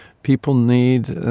people need,